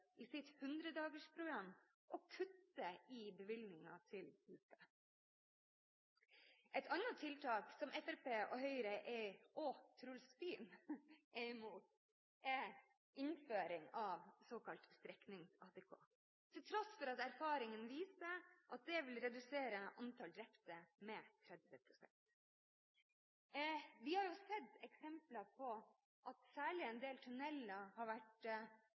å kutte i bevilgningene til UP. Et annet tiltak som Fremskrittspartiet og Høyre, og Truls Fyhn, er imot, er innføring av såkalt streknings-ATK, til tross for at erfaringene viser at det vil redusere antall drepte med 30 pst. Vi har sett eksempler på at særlig en del tunneler har vært